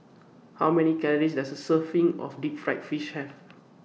How Many Calories Does A Serving of Deep Fried Fish Have